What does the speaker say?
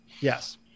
Yes